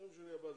יום שני הבא.